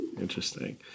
Interesting